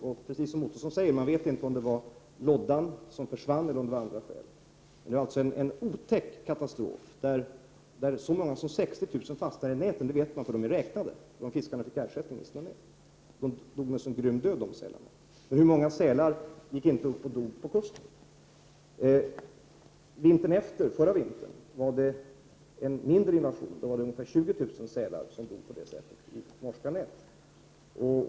Man vet inte, precis som Roy Ottosson säger, om det berodde på att loddan försvann eller om det fanns andra skäl. Det var en otäck katastrof där som sagt så många som 60 000 sälar fastnade i näten. Man vet att det rör sig om det antalet, eftersom sälarna räknades och fiskarna fick ersättning. De sälarna dog en grym död. Och hur många sälar dog inte vid kusten? Vintern därefter, förra vintern, var det en mindre invasion. Då var det ungefär 20 000 sälar som dog norska nät.